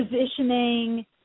positioning